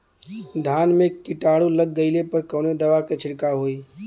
धान में कीटाणु लग गईले पर कवने दवा क छिड़काव होई?